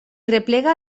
replega